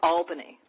Albany